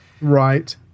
Right